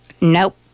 nope